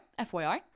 FYI